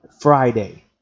Friday